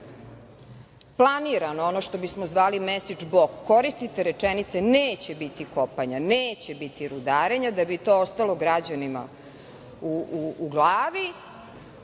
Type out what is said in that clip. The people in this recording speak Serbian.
planirano, ono što bismo zvali mesidž blok, koristite rečenice – neće biti kopanja, neće biti rudarenja, da bi to ostalo građanima u glavi,